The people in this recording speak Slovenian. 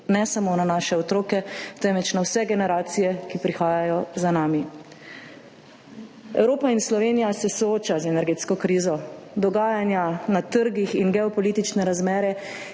ne samo na naše otroke, temveč na vse generacije, ki prihajajo za nami. Evropa in Slovenija se soočata z energetsko krizo. Dogajanja na trgih in geopolitične razmere,